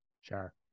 Sure